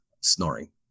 snoring